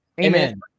Amen